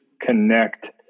connect